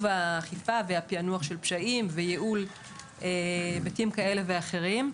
האכיפה והפענוח של פשעים וייעול היבטים כאלה ואחרים.